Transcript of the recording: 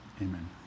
amen